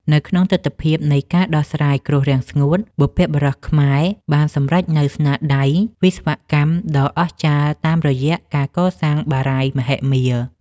នៅក្នុងទិដ្ឋភាពនៃការដោះស្រាយគ្រោះរាំងស្ងួត បុព្វបុរសខ្មែរបានសម្រេចនូវស្នាដៃវិស្វកម្មដ៏អស្ចារ្យតាមរយៈការកសាងបារាយណ៍មហិមា។